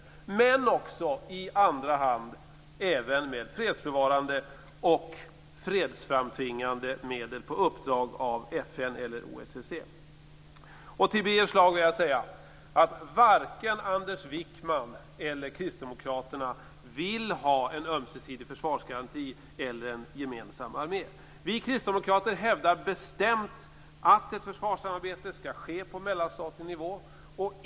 I andra hand skall EU arbeta även med fredsbevarande och fredsframtvingande medel, på uppdrag av FN eller OSSE. Till Birger Schlaug vill jag säga att varken Anders Wijkman eller Kristdemokraterna vill ha en ömsesidig försvarsgaranti eller en gemensam armé. Vi kristdemokrater hävdar bestämt att ett försvarssamarbete skall ske på mellanstatlig nivå.